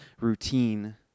routine